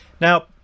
Now